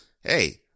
hey